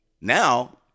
now